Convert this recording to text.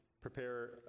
prepare